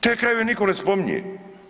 Te krajeve nitko ne spominje.